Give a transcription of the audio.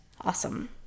awesome